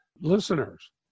Listeners